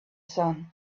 sun